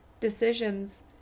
decisions